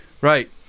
right